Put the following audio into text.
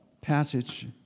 passage